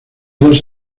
dos